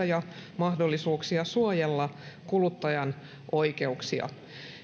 ja mahdollisuuksia suojella kuluttajan oikeuksia